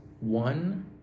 one